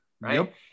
right